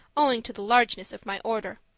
owing to the largeness of my order.